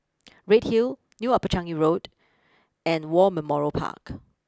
Redhill new Upper Changi Road and War Memorial Park